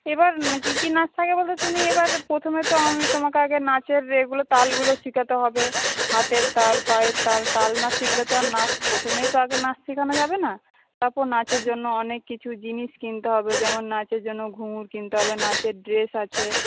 এবার কী কী নাচ থাকে বলতে তুমি এবার প্রথমে তো আমি তোমাকে আগে নাচের ইয়ে তাল গুলো শেখাতে হবে হাতের তাল পায়ের তাল তাল না শিখলে তো আর প্রথমেই তো আগে নাচ শেখানো যাবে না তারপর নাচের জন্য অনেক কিছু জিনিস কিনতে হবে যেমন নাচের জন্য ঘুঙ্গুর কিনতে হবে নাচের ড্রেস আছে